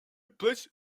placed